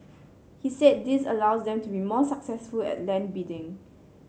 he said this allows them to be more successful at land bidding